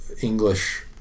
English